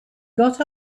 got